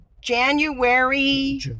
January